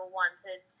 wanted